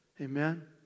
Amen